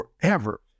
forever